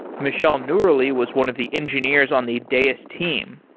michelle noorali was one of the engineers on the deis team.